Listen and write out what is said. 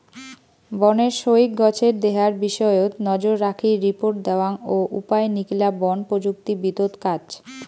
বনের সউগ্ গছের দেহার বিষয়ত নজররাখি রিপোর্ট দ্যাওয়াং ও উপায় নিকলা বন প্রযুক্তিবিদত কাজ